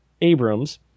Abrams